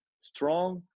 strong